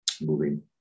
moving